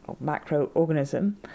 macro-organism